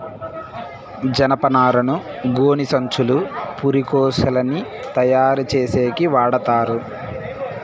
జనపనారను గోనిసంచులు, పురికొసలని తయారు చేసేకి వాడతారు